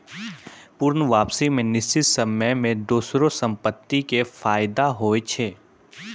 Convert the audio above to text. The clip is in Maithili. पूर्ण वापसी मे निश्चित समय मे दोसरो संपत्ति के फायदा होय छै